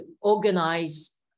organize